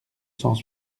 cent